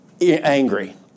angry